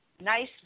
nice